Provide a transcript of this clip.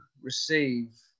receive